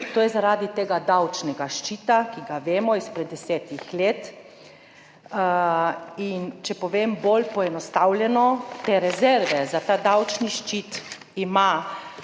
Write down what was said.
To je zaradi tega davčnega ščita, ki je, vemo, izpred desetih let, če povem bolj poenostavljeno, te rezerve za ta davčni ščit ima